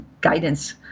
guidance